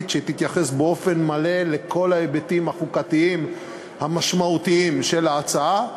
שתתייחס באופן מלא לכל ההיבטים החוקתיים המשמעותיים של ההצעה,